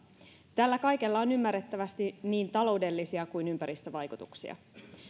tällä kaikella on ymmärrettävästi niin taloudellisia kuin ympäristövaikutuksia